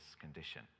condition